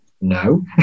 no